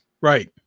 Right